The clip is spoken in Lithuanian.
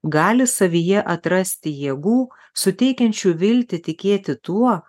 gali savyje atrasti jėgų suteikiančių viltį tikėti tuo